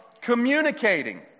communicating